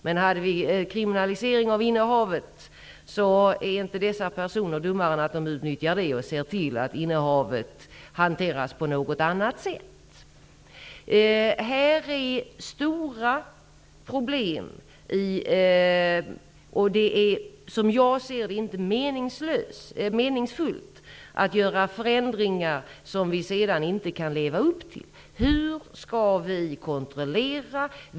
Men om innehavet kriminaliseras är butiksinnehavarna inte dummare än att de ser till att innehavet hanteras på något annat sätt. Här finns stora problem. Som jag ser det är det inte meningsfullt att införa förändringar som vi sedan inte kan leva upp till. Hur skall vi kontrollera?